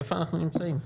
איפה אנחנו נמצאים פה?